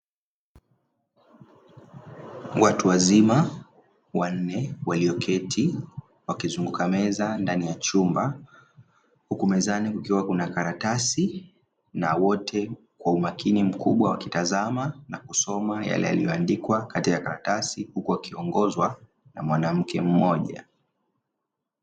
Watu wazima wanne walioketi wakizunguka meza ndani ya chumba, huku mezani kukiwa kuna karatasi. Na wote kwa umakini mkubwa wakitazama na kusoma yale yalioyoandikwa katika karatasi huku wakiongozwa na mwanamke mmoja.